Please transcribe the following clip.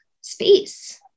space